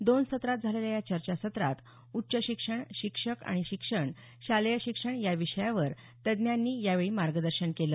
दोन सत्रात झालेल्या या चर्चासत्रात उच्च शिक्षण शिक्षक शिक्षण आणि शालेय शिक्षण या विषयावर तज्ज्ञांनी यावेळी मार्गदर्शन केलं